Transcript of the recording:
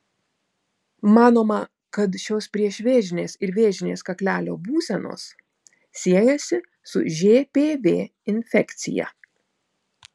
manoma kad šios priešvėžinės ir vėžinės kaklelio būsenos siejasi su žpv infekcija